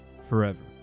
forever